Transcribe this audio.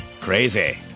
Crazy